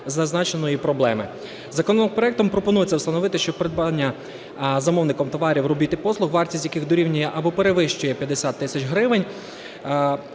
зазначеної проблеми. Законопроектом пропонується встановити, що придбання замовником товарів, робіт і послуг, вартість яких дорівнює або перевищує 50 тисяч гривень